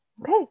okay